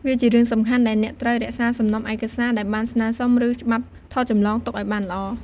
វាជារឿងសំខាន់ដែលអ្នកត្រូវ រក្សាសំណុំឯកសារ ដែលបានស្នើសុំ ឬច្បាប់ថតចម្លងទុកឲ្យបានល្អ។